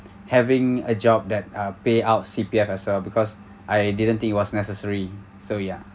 having a job that are payout C_P_F itself because I didn't think was necessary so ya